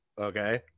Okay